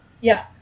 Yes